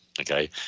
okay